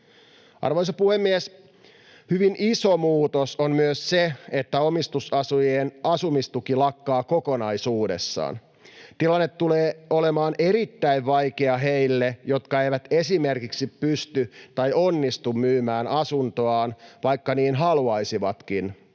Arvoisa puhemies! Hyvin iso muutos on myös se, että omistusasujien asumistuki lakkaa kokonaisuudessaan. Tilanne tulee olemaan erittäin vaikea heille, jotka eivät esimerkiksi pysty tai onnistu myymään asuntoaan, vaikka niin haluaisivatkin